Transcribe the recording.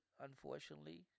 unfortunately